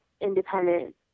independent